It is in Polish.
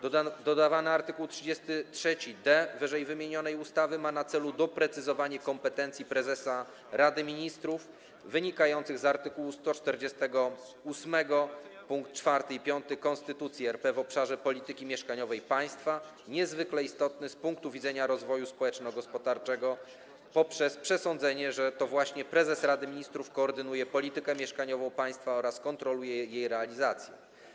Dodawany art. 33d ww. ustawy ma na celu doprecyzowanie kompetencji prezesa Rady Ministrów wynikających z art. 148 pkt 4 i 5 Konstytucji RP w obszarze polityki mieszkaniowej państwa, niezwykle istotnych z punktu widzenia rozwoju społeczno-gospodarczego, poprzez przesądzenie, że to właśnie prezes Rady Ministrów koordynuje politykę mieszkaniową państwa oraz kontroluje jej realizację.